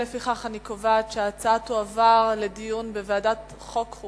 לפיכך אני קובעת שההצעות תועברנה לדיון בוועדת החוקה,